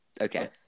Okay